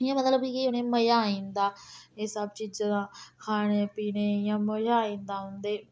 इ'यां मतलब कि उनेंई मजा आई जंदा एह् सब चीजें दा खाने पीने ई इयां मजा आई जंदा उं'दे